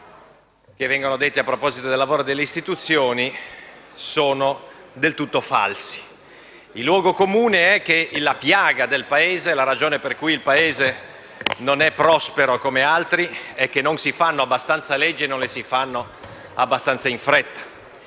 che vengono detti a proposito del lavoro delle istituzioni sono del tutto falsi. Il luogo comune è che la piaga del Paese e la ragione per cui non è prospero come altri è che non si fanno abbastanza leggi e non le si fanno abbastanza in fretta;